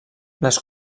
les